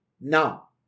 Now